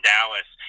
Dallas